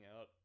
out